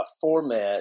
format